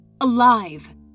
alive